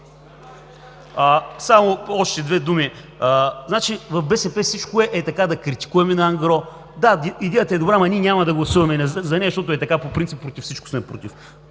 Само още две думи. В БСП всичко е, ей така, да критикуваме ангро: да, идеята е добра, ама ние няма да гласуваме за нея, защото, ей така по принцип, против всичко сме „против“.